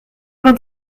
vingt